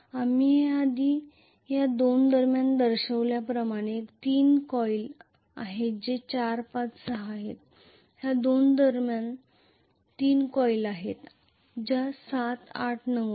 आपण हे आधी या 2 दरम्यान दर्शविल्याप्रमाणे 3 कॉइल आहेत जे 4 5 6 आहेत या दोन दरम्यान 3 कॉइल आहेत ज्या 7 8 9 आहेत